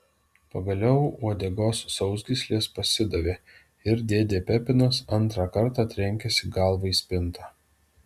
pagaliau uodegos sausgyslės pasidavė ir dėdė pepinas antrą kartą trenkėsi galva į spintą